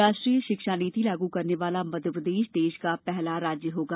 राष्ट्रीय शिक्षा नीति लागू करने वाला मध्यप्रदेश देश का पहला राज्य होगा